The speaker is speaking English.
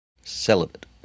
Celibate